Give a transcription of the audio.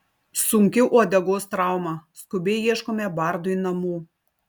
sunki uodegos trauma skubiai ieškome bardui namų